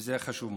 וזה חשוב מאוד.